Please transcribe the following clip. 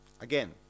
again